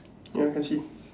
ya can see